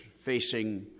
facing